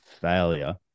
failure